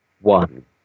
one